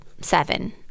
seven